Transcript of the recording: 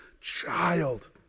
child